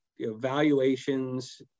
valuations